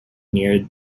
near